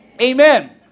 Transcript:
Amen